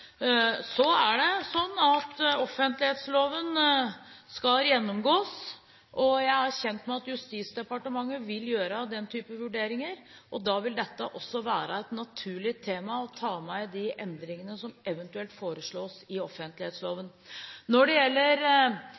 at Justisdepartementet vil gjøre den type vurderinger, og da vil dette også være et naturlig tema å ta med i de endringene som eventuelt foreslås i offentlighetsloven. Når det gjelder